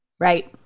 Right